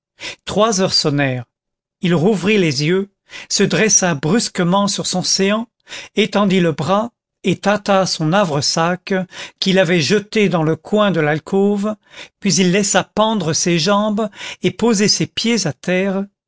trois heures sonnèrent il rouvrit les yeux se dressa brusquement sur son séant étendit le bras et tâta son havresac qu'il avait jeté dans le coin de l'alcôve puis il laissa pendre ses jambes et poser ses pieds à terre